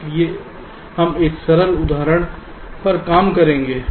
इसलिए हम एक सरल उदाहरण पर काम करेंगे